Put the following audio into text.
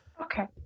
Okay